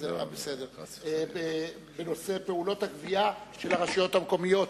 שואל חבר הכנסת נפאע בנושא פעולות הגבייה של הרשויות המקומיות.